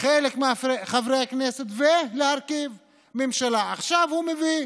חלק מחברי הכנסת ולהרכיב ממשלה עכשיו הוא מביא